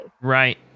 Right